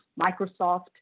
Microsoft